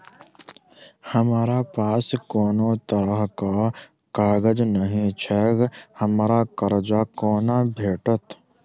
हमरा पास कोनो तरहक कागज नहि छैक हमरा कर्जा कोना भेटत?